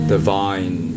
Divine